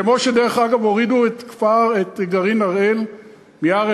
דרך אגב, כמו שהורידו את גרעין הראל מהר-אלדד.